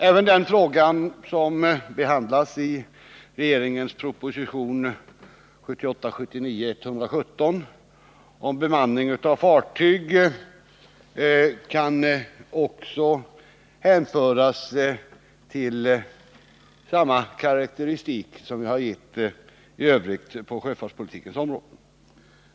Även den fråga som behandlas i regeringens proposition 1978/79:117 om bemanning av fartyg kan hänföras till samma karakteristik som jag har gett av sjöfartspolitiken i övrigt.